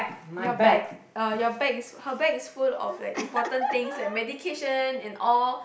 your bag uh your bag is her bag is full of important things like medication and all